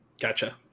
Gotcha